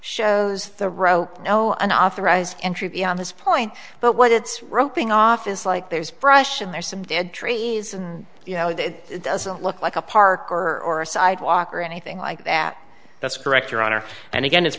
shows the row no unauthorized entry beyond this point but what it's roping off is like there's brush and there's some dead trees and you know that it doesn't look like a park or a sidewalk or anything like that that's correct your honor and again it's